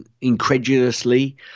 incredulously